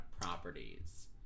properties